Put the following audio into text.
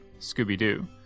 Scooby-Doo